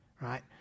right